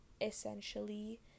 essentially